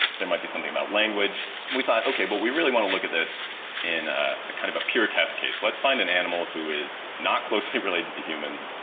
there might be something about language. and we thought, okay, but we really want to look at this in a kind of pure test case. let's find an animal who is not closely related to humans,